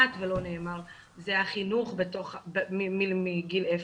שכמעט ולא נאמר זה החינוך מגיל אפס.